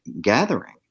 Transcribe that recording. gathering